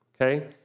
Okay